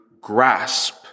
grasp